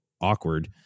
awkward